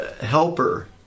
helper